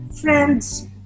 friends